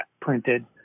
printed